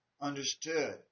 understood